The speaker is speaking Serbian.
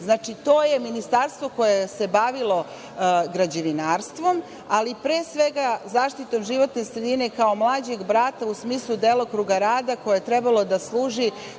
Znači, to je ministarstvo koje se bavilo građevinarstvom, ali pre svega zaštitom životne sredine, kao mlađem brata u smislu delokruga rada koje je trebalo da služi